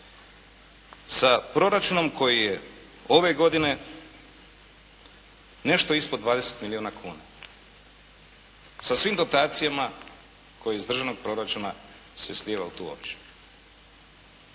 sa proračunom koji je ove godine nešto ispod 20 milijuna kuna sa svim dotacijama koje iz državnog proračuna se slilo u tu općinu.